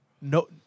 no